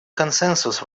консенсус